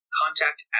contact